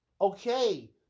okay